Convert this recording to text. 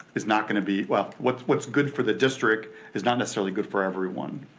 is not gonna be, well, what's what's good for the district is not necessarily good for everyone.